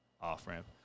off-ramp